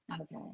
Okay